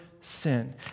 sin